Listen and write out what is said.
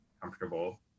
comfortable